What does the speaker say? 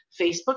Facebook